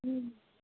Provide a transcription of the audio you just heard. ம்